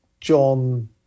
John